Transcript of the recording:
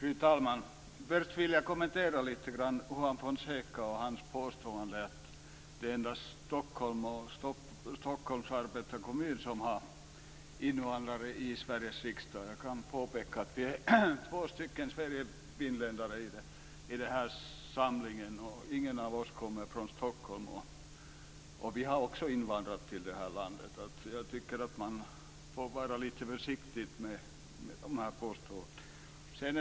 Fru talman! Först vill jag kommentera litet grand Juan Fonsecas påstående om att det endast är Stockholms Arbetarekommun som har nominerat invandrare till Sveriges riksdag. Jag vill påpeka att vi är två Sverige-finländare i den här församlingen, och ingen av oss kommer från Stockholm. Vi har också invandrat till det här landet. Man bör vara litet försiktig med sina påståenden.